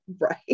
right